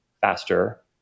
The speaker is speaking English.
faster